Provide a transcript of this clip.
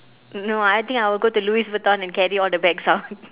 no I think I'll go to louis vuitton and carry all the bags out